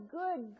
good